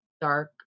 dark